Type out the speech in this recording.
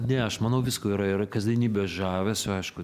ne aš manau visko yra yra kasdienybės žavesio aišku